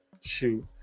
Shoot